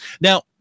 now